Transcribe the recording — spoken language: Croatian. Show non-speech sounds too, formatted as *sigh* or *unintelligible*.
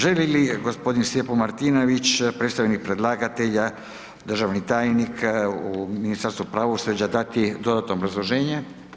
Želi li gospodin ... *unintelligible* Martinović predstavnik predlagatelja, državni tajnik u Ministarstvu pravosuđa dati dodatno obrazloženje?